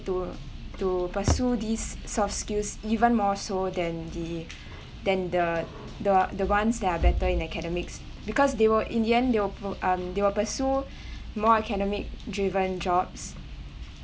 to to pursue these soft skills even more so than the than the the the ones that are better in academics because they will in the end they will pu~ um they will pursue more academic driven jobs